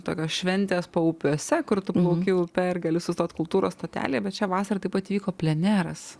tokios šventės paupiuose kur tu plauki upe ar gali sustoti kultūros stotelėj bet šią vasarą taip vyko pleneras